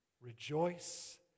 Rejoice